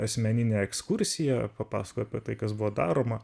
asmeninė ekskursiją papasakojo apie tai kas buvo daroma